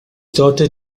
daughter